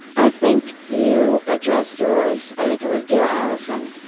i think you addressed yours i think it was dear allison.